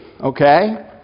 okay